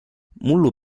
mullu